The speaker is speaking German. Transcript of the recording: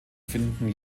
finden